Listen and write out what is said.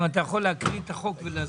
אם אתה יכול להקריא את החוק ולהסביר.